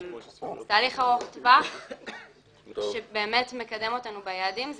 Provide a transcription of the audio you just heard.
תהליך ארוך טווח שבאמת מקדם אותנו ביעדים זה